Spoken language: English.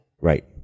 right